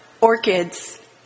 orchids